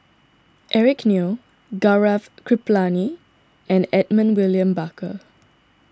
Eric Neo Gaurav Kripalani and Edmund William Barker